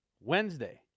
Wednesday